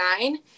nine